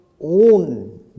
own